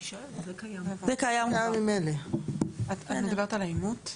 אני יכולה לוותר על העבירה,